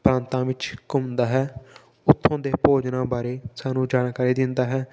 ਪ੍ਰਾਂਤਾ ਵਿੱਚ ਘੁੰਮਦਾ ਹੈ ਉੱਥੋਂ ਦੇ ਭੋਜਨਾਂ ਬਾਰੇ ਸਾਨੂੰ ਜਾਣਕਾਰੀ ਦਿੰਦਾ ਹੈ